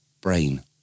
brain